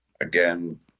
again